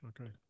Okay